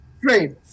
great